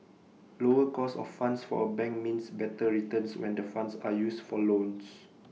lower cost of funds for A bank means better returns when the funds are used for loans